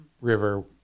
river